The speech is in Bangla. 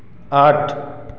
আট